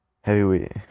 Heavyweight